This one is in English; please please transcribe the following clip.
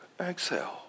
Exhale